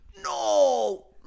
No